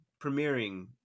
premiering